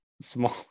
small